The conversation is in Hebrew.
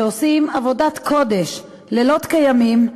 שעושים עבודת קודש לילות כימים,